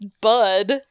Bud